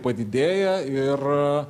padidėja ir